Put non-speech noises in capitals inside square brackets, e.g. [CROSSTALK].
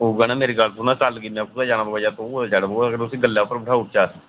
मेरी गल्ल सुना हां कल्ल गी [UNINTELLIGIBLE] जाना पवै जां तूं कुतै जाना पवै उसी गल्ला पर बठाऊ उड़चै अस